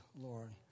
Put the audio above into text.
Lord